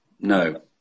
no